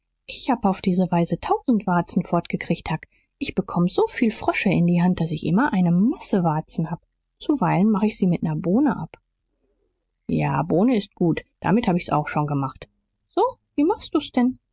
ich hab auf diese weise tausend warzen fortgekriegt huck ich bekomme so viel frösche in die hand daß ich immer eine masse warzen habe zuweilen mach ich sie mit ner bohne ab ja bohne ist gut damit hab ich's auch schon gemacht so wie machst du's denn